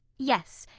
yes,